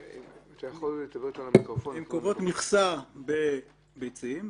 הן קובעות מכסה בביצים,